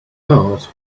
heart